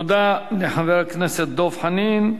תודה לחבר הכנסת דב חנין.